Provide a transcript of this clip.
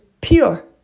pure